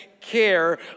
care